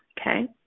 Okay